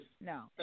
No